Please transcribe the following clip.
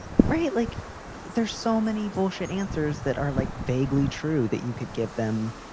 right. like there's so many bullshit answers that are like vaguely true that you could give them.